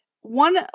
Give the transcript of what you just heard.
one